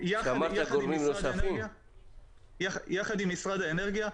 מפעלים בארץ ומפעל אחר בארצות-הברית.